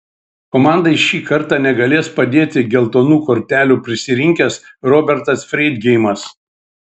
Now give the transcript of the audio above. komandai šį kartą negalės padėti geltonų kortelių prisirinkęs robertas freidgeimas